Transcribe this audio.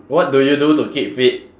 what do you do to keep fit